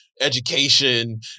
education